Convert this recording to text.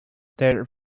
their